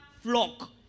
flock